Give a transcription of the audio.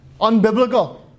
unbiblical